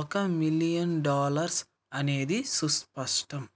ఒక million dollars అనేది సుస్పష్టం